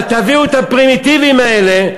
אבל תביאו את הפרימיטיביים האלה,